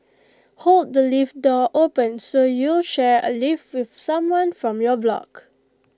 hold the lift door open so you'll share A lift with someone from your block